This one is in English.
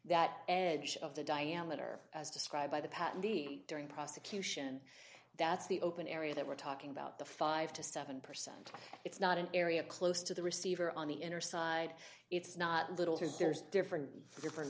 that edge of the diameter as described by the patentee during prosecution that's the open area that we're talking about the five to seven percent it's not an area close to the receiver on the inner side it's not little there's different different